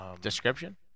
description